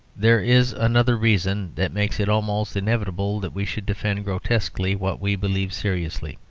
there is another reason that makes it almost inevitable that we should defend grotesquely what we believe seriously.